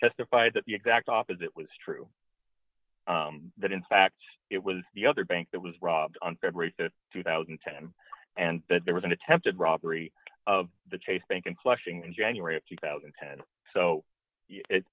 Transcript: testified that the exact opposite was true that in fact it was the other bank that was robbed on february rd two thousand and ten and there was an attempted robbery of the chase bank in flushing in january of two thousand and ten so it